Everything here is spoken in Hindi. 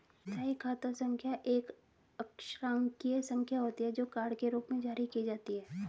स्थायी खाता संख्या एक अक्षरांकीय संख्या होती है, जो कार्ड के रूप में जारी की जाती है